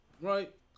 right